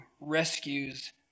rescues